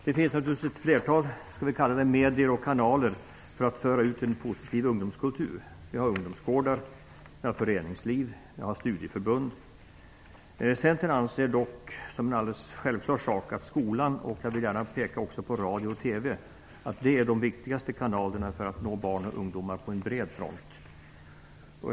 Det finns naturligtvis ett flertal medier och kanaler för att man skall kunna föra ut en positiv ungdomskultur. Det finns ungdomsgårdar, föreningsliv och studieförbund. Centern anser dock att skolan, alldeles självklart, och också radio och TV - det vill jag gärna peka på - är de viktigaste kanalerna när det gäller att nå barn och ungdomar på en bred front.